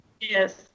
Yes